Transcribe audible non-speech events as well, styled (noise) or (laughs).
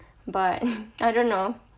but (laughs) I don't know